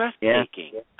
breathtaking